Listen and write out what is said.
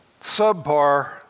subpar